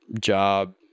job